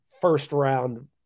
first-round